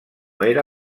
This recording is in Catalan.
era